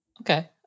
Okay